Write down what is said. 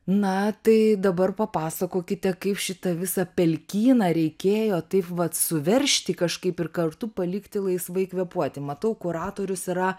na tai dabar papasakokite kaip šitą visą pelkyną reikėjo taip vat suveržti kažkaip ir kartu palikti laisvai kvėpuoti matau kuratorius yra